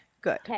good